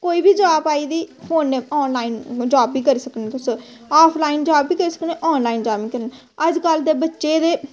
कोई बी जॉब आई दी फोने पर ऑनलाइन जॉब बी करी सकने तुस ऑफ लाइन जॉब बी करी सकने ऑनलाइन जॉब बी करी सकने अजकल्ल दे बच्चे ते